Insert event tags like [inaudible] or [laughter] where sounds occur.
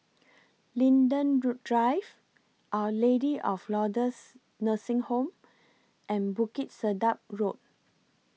Linden [noise] Drive Our Lady of Lourdes Nursing Home and Bukit Sedap Road